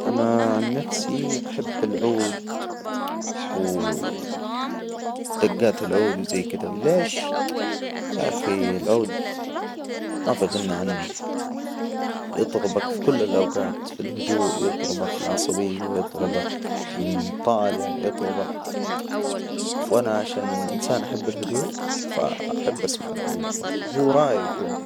أنا عن نفسي أحب العود. دجات العود وزي كدا. وليش يا أخي العود ما في غنى عنه. يطربك في كل الأوقات. في الهدوء يضربك العصبية يضربك طالع يضربك. وأنا عشان إنسان أحب الهدوء، فأحب أسمع العودوالله، هو رايج والله.